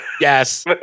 Yes